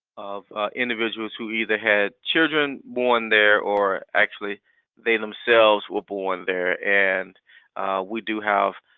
of individuals who either had children born there or actually they themselves were born there, and we do have